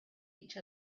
each